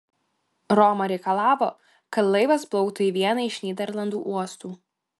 roma reikalavo kad laivas plauktų į vieną iš nyderlandų uostų